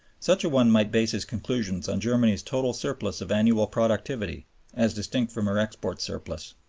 such a one might base his conclusions on germany's total surplus of annual productivity as distinct from her export surplus.